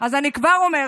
אז אני כבר אומרת: